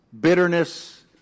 Bitterness